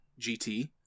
GT